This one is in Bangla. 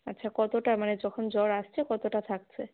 আচ্ছা কতটা মানে যখন জ্বর আসছে কতটা থাকছে